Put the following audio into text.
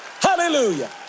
Hallelujah